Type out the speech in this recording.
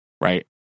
Right